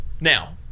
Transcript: Now